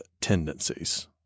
tendencies